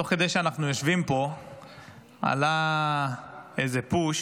תוך כדי שאנחנו יושבים פה עלה איזה פוש